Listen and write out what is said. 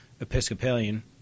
Episcopalian